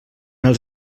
els